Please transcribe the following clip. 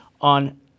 on